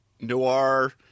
noir